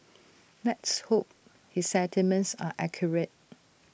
let's hope his sentiments are accurate